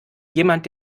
jemand